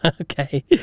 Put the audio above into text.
okay